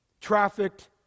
trafficked